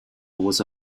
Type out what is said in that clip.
was